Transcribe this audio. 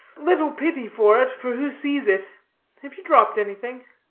little pity for it, for who sees it have you dropped anything?